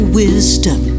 wisdom